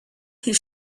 his